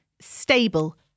Stable